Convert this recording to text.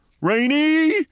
Rainy